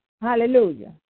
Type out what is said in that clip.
Hallelujah